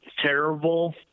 terrible